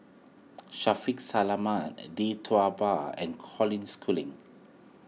Shaffiq Selamat Tee Tua Ba and Colin Schooling